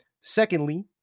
Secondly